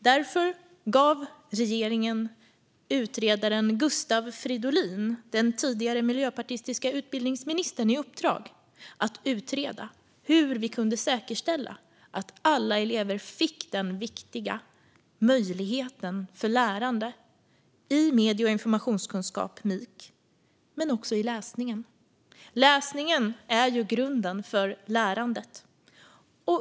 Därför gav regeringen utredaren Gustav Fridolin, den tidigare miljöpartistiske utbildningsministern, i uppdrag att utreda hur vi kan säkerställa att alla elever får den viktiga möjligheten för lärande i medie och informationskunskap, MIK, men också i läsning. Läsningen är grunden för lärandet.